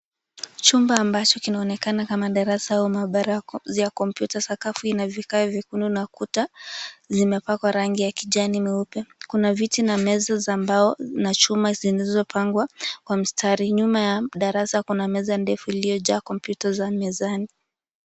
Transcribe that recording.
Chumba ambacho kinaonekana kama darasa au maabara ya kompyuta, sakafu ina vikae vyekundu na kuta zimepakwa rangi ya kijani meupe. Kuna viti na meza za mbao na chuma zilizopangwa mstari. Nyuma ya darasa kuna meza defu iliiyojaa kompyuta za mezani.